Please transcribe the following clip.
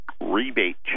rebate